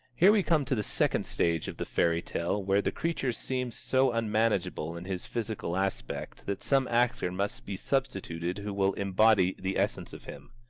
here we come to the second stage of the fairy-tale where the creature seems so unmanageable in his physical aspect that some actor must be substituted who will embody the essence of him.